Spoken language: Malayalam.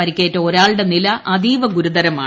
പരിക്കേറ്റ ഒരാളുടെ നില അതീവ ഗുരുതരമാണ്